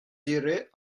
irez